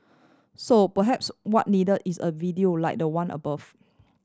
so perhaps what needed is a video like the one above